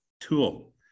tool